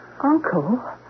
Uncle